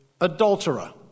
adulterer